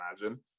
imagine